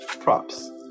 props